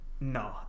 No